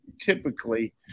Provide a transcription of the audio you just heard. typically